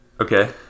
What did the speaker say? Okay